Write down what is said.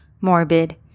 morbid